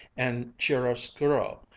and chiaroscuro,